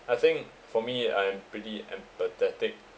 I think for me I'm pretty empathetic